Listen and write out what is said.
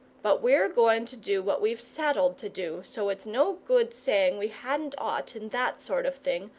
but we're goin' to do what we've settled to do, so it's no good sayin' we hadn't ought and that sort of thing,